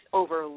over